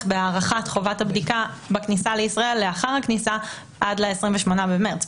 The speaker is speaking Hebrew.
בהארכת חובת הבדיקה בכניסה לישראל לאחר הכניסה עד ל-28 במרץ.